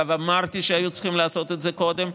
אגב, אמרתי שהיו צריכים לעשות את זה קודם.